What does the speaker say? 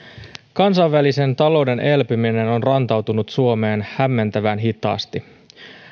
kansainvälisen talouden elpyminen on rantautunut suomeen hämmentävän hitaasti kuitenkaan